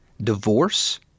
divorce